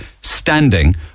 standing